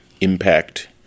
impact